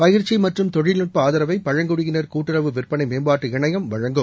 பயிற்சி மற்றும் தொழில்நுட்ப ஆதரவை பழங்குடியினர் கூட்டுறவு விற்பனை மேம்பாட்டு இணையம் வழங்கும்